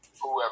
Whoever